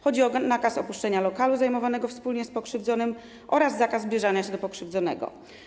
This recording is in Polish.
Chodzi o nakaz opuszczenia lokalu zajmowanego wspólnie z pokrzywdzonym oraz zakaz zbliżania się do pokrzywdzonego.